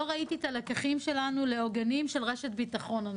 לא ראיתי את הלקחים שלנו לעוגנים של רשת ביטחון.